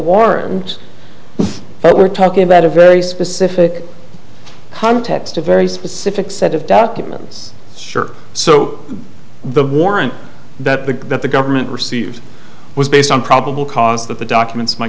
warrant but we're talking about a very specific context a very specific set of documents shirt so the warrant that the that the government received was based on probable cause that the documents m